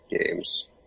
games